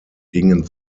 gingen